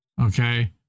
Okay